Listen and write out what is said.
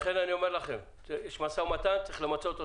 לכן אני אומר לכם: יש משא ומתן וצריך למצות אותו.